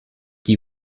die